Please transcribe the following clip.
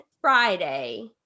Friday